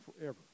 forever